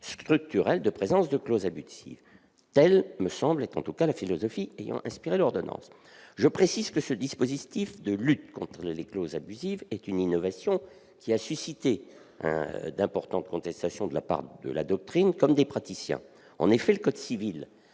structurel de présence de clauses abusives. Telle me semble être en tout cas la philosophie ayant inspiré l'ordonnance. Je précise que ce dispositif de lutte contre les clauses abusives est une innovation, qui a suscité d'importantes contestations, de la part de la doctrine comme des praticiens. En effet, le code civil